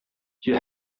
you